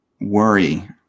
worry